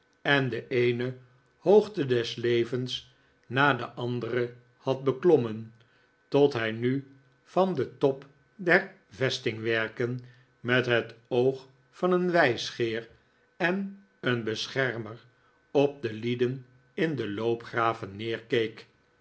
en de eene hoogte des levens na de andere had beklommen tot hij nu van den top der vestingwerken met het oog van een wijsgeer en een beschermer op de lieden in de l'oopgraven